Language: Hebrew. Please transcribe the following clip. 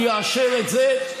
הוא יאשר את זה,